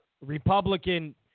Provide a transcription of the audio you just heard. Republican